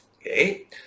okay